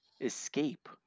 escape